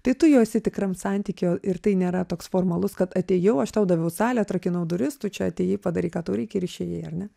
tai tu jau esi tikram santykio ir tai nėra toks formalus kad atėjau aš tau daviau salę atrakinau duris tu čia atėjai padarei ką tau reikia ir išėjai ar ne